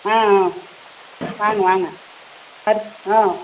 ஆ ஆ வாங்க வாங்க ஆ